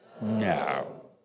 No